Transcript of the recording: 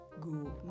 Go